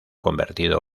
convertido